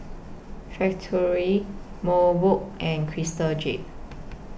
Factorie Mobot and Crystal Jade